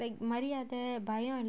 மரியாதைபயம்இல்ல:mariyadhai payam illa